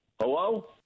Hello